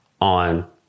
on